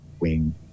wing